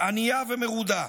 ענייה ומרודה,